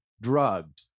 drugged